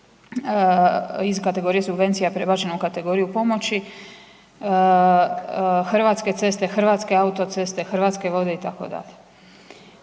iz kategorije subvencija prebačeno u kategoriju pomoći, Hrvatske ceste, Hrvatske autoceste, Hrvatske vode itd.